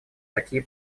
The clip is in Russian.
такие